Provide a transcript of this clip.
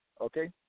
Okay